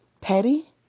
petty